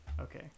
Okay